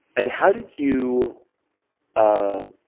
and, how did you ah